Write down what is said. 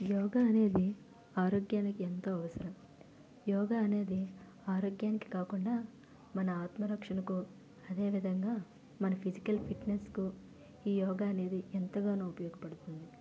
యోగా అనేది ఆరోగ్యానికి ఎంతో అవసరం యోగా అనేది ఆరోగ్యానికి కాకుండా మన ఆత్మరక్షణకో అదే విధంగా మన ఫిజికల్ ఫిటనెస్కో ఈ యోగా అనేది ఎంతగానో ఉపయోగపడుతుంది